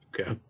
Okay